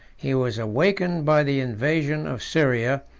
he was awakened by the invasion of syria,